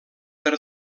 per